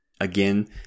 Again